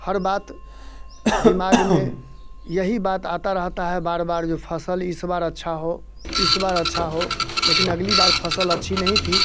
हर बात दिमाग में यही बात आता रहता है बार बार जो फ़सल इस बार अच्छा हो इस बार अच्छा हो लेकिन अगली बार फसल अच्छी नहीं थी